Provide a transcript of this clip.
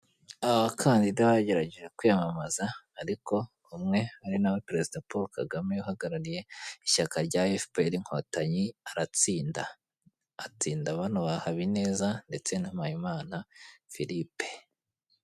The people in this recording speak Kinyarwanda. Aba bakandida bagerageje kwiyamamaza ariko umwe ari nawe perezida Paul Kagame uhagarariye ishyaka rya efuperi inkotanyi aratsinda, atsinda bano ba Habineza ndetse na Mpayimana Philippe.